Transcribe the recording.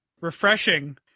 refreshing